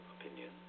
opinion